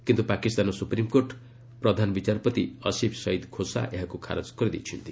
କିନ୍ତୁ ପାକିସ୍ତାନ ସୁପ୍ରିମ୍କୋର୍ଟ ପ୍ରଧାନ ବିଚାରପତି ଅଶିଫ୍ ସଇଦ୍ ଖୋସା ଏହାକୁ ଖାରଜ କରିଦେଇଛନ୍ତି